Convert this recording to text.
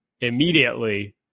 immediately